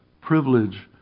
privilege